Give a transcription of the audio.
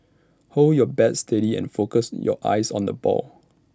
hold your bat steady and focus your eyes on the ball